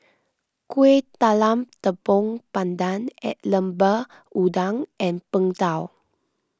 Kueh Talam Tepong Pandan at Lemper Udang and Png Tao